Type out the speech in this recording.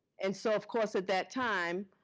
and so, of course, at that time,